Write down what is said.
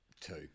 Two